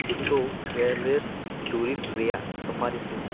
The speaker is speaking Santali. ᱠᱤᱪᱷᱩ ᱠᱮᱭᱟᱨᱞᱮᱥ ᱫᱩᱨᱤᱵᱽ ᱨᱮᱭᱟᱜ ᱥᱩᱯᱟᱨᱤᱥ ᱢᱮ